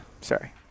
Sorry